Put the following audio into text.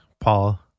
Paul